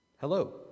Hello